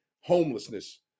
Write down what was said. Homelessness